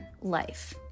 life